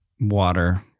water